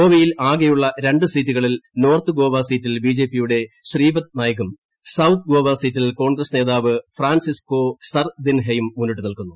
ഗോവയിൽ ആകെയുള്ള രണ്ട് സീറ്റുകളിൽ നോർത്ത് ഗോവ സീറ്റിൽ ബിജെപിയുടെ ശ്രീപദ് നായ്കും സൌത്ത് ഗോവ സീറ്റിൽ കോൺഗ്രസ് നേതാവ് ഫ്രാൻസിസ്കോ സർദിൻഹയും മുന്നിട്ട് നിൽക്കുന്നു